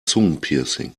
zungenpiercing